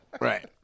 Right